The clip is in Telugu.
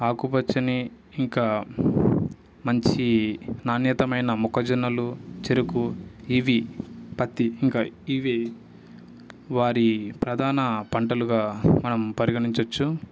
ఆకుపచ్చని ఇంకా మంచి నాణ్యత మైన మొక్కజొన్నలు చెరుకు ఇవి పత్తి ఇంకా ఇవే వారి ప్రధాన పంటలుగా మనం పరిగణించచ్చు